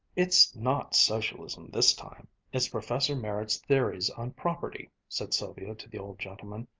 it's not socialism this time it's professor merritt's theories on property, said sylvia to the old gentleman,